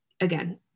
again